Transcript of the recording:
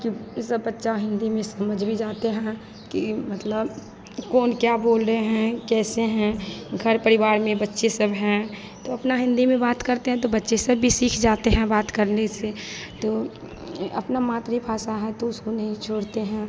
क्योंकि सब बच्चा हिन्दी में समझ भी जाते हैं कि मतलब कौन क्या बोल रहे हैं कैसे हैं घर परिवार में बच्चे सब हैं तो अपना हिन्दी में बात करते हैं तो बच्चे सब भी सीख जाते हैं बात करने से तो अपनी मातृभाषा है तो उसको नहीं छोड़ते हैं